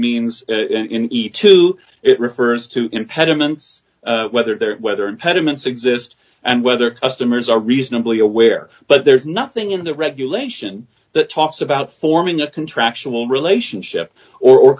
means in each two it refers to impediments whether they're whether impediments exist and whether customers are reasonably aware but there's nothing in the regulation that talks about forming a contractual relationship or